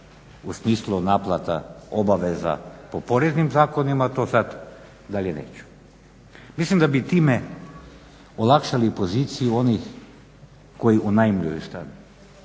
u smislu naplata obaveza po poreznim zakonima to sad dalje neću. Mislim da bi time olakšali poziciju onih koji unajmljuju stan